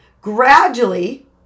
gradually